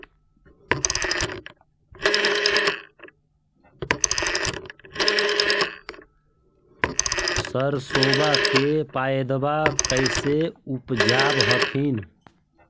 सरसोबा के पायदबा कैसे उपजाब हखिन?